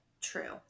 True